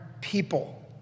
people